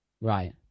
Right